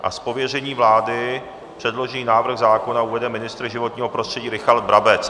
Z pověření vlády předložený návrh zákona uvede ministr životního prostředí Richard Brabec.